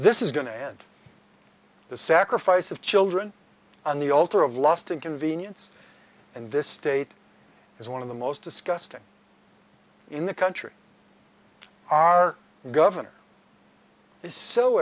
this is going to end the sacrifice of children on the altar of lust and convenience and this state is one of the most disgusting in the country our governor